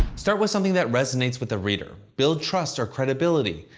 start with something that resonates with the reader, build trust or credibility,